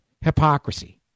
hypocrisy